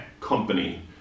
company